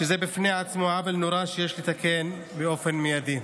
שזה בפני עצמו עוול נורא שיש לתקן באופן מיידי.